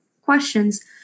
questions